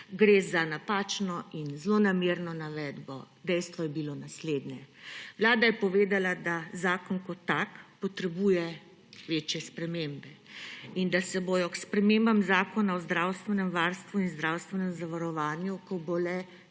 Gre za napačno in zlonamerno navedbo. Dejstvo je bilo naslednje. Vlada je povedala, da zakon kot tak potrebuje večje spremembe in da se bodo sprememb Zakona o zdravstvenem varstvu in zdravstvenem zavarovanju, ko bo le